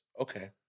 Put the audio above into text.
Okay